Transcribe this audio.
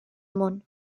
món